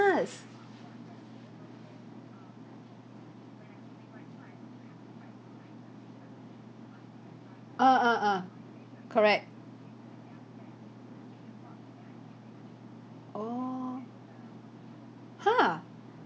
ah ah ah correct oh !huh!